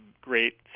great